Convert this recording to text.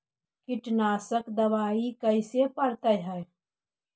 कीटनाशक दबाइ कैसे पड़तै है?